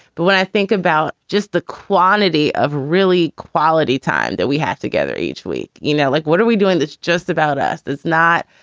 but when i think about just the quantity of really quality time that we have together each week, you know, like what are we doing? it's just about us. it's not,